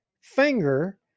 finger